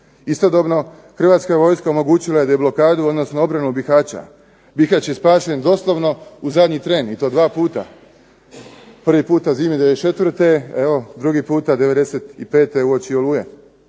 Istodobno Hrvatska vojska omogućila je deblokadu odnosno obranu Bihaća. Bihać je spašen doslovno u zadnji tren i to 2 puta. Prvi puta zimi '94., drugi puta '95. uoči "Oluje",